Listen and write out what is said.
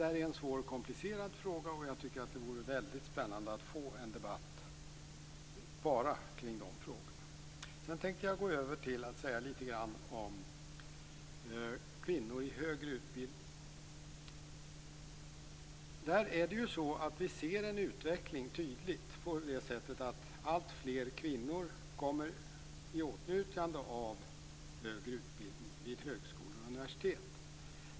Detta är en svår fråga, och det vore spännande att få en debatt bara kring dessa frågor. Jag tänkte nu säga något om kvinnor i högre utbildning. Vi ser en tydlig utveckling mot att alltfler kvinnor kommer i åtnjutande av högre utbildning vid högskolor och universitet.